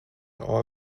all